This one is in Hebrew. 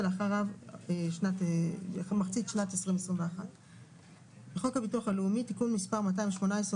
ואחריו מחצית שנת 2021. תיקון חוק הביטוח הלאומי (תיקון מס' 218,